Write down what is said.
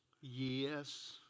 Yes